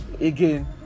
again